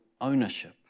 ownership